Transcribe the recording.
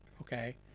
okay